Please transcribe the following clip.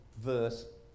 verse